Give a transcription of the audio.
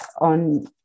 on